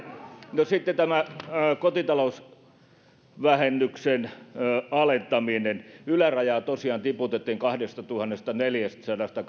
no sitten tämä kotitalousvähennyksen alentaminen ylärajaa tosiaan tiputettiin kahdestatuhannestaneljästäsadasta